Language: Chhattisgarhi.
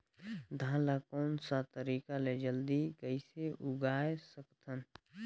धान ला कोन सा तरीका ले जल्दी कइसे उगाय सकथन?